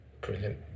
Brilliant